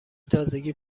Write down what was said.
تازگی